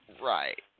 Right